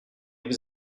vous